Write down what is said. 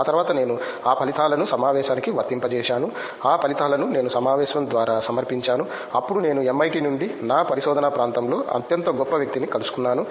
ఆ తరువాత నేను ఆ ఫలితాలను సమావేశానికి వర్తింపజేసాను ఆ ఫలితాలను నేను సమావేశం ద్వారా సమర్పించాను అప్పుడు నేను MIT నుండి నా పరిశోధనా ప్రాంతంలో అత్యంత గొప్ప వ్యక్తిని కలుసుకున్నాను